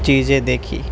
چیزیں دیکھی